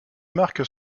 marque